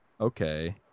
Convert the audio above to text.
Okay